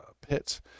pit